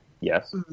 Yes